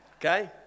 Okay